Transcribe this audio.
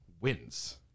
wins